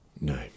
No